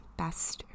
best